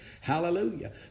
Hallelujah